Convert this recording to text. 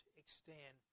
extend